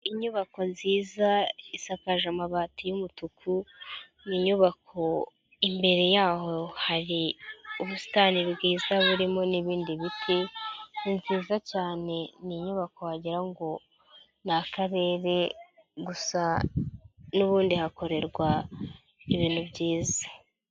Inyubako nziza isakaje amabati y'umutuku, ni nyubako imbere yaho hari ubusitani bwiza burimo n'ibindi biti, ni nziza cyane, ni inyubako wagira ngo ni akarere, gusa n'ubundi hakorerwa ibintu byiza.